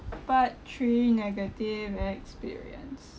part three negative experience